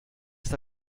está